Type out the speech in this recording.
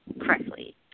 correctly